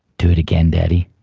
do it again daddy.